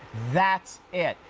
that's it.